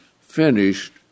finished